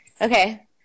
Okay